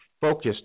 focused